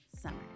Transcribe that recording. Summer